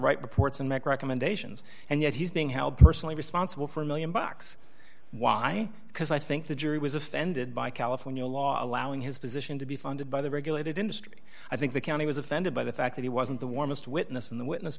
right reports and make recommendations and yet he's being held personally responsible for a one million bucks why because i think the jury was offended by california law allowing his position to be funded by the regulated industry i think the county was offended by the fact that he wasn't the warmest witness in the witness